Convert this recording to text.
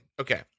Okay